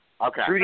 Okay